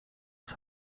ons